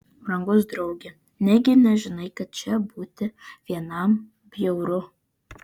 brangus drauge negi nežinai kad čia būti vienam bjauru